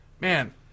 man